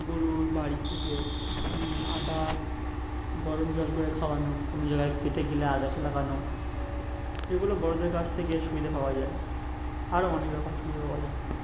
গরুর বাড়ি থেকে আদা গরম জল করে খাওয়ানো কোনো জায়গায় কেটে গেলে আদা লাগানো এগুলো বড়দের কাছ থেকে সুবিধে পাওয়া যায় আরও অনেক রকম সুবিধা পাওয়া যায়